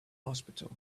hospital